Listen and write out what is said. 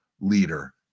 leader